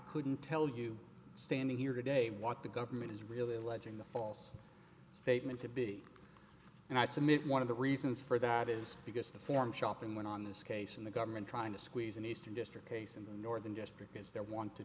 couldn't tell you standing here today what the government is really legin the false statement to be and i submit one of the reasons for that is because the form shopping went on this case and the government trying to squeeze an eastern district case in the northern district is there want to